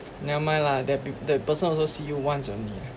never mind lah that b~ the person also see you once only